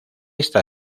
esta